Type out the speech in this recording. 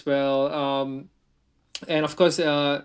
well um and of course uh